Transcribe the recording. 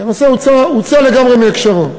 כי הנושא הוצא לגמרי מהקשרו: